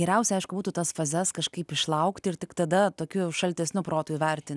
geriausia aišku būtų tas fazes kažkaip išlaukti ir tik tada tokiu šaltesniu protu įvertinti